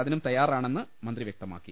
അതിനും തയ്യാറാണെന്ന് മന്ത്രി വൃക്തമാക്കി